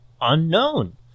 unknown